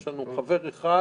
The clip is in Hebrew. יש לנו חבר אחד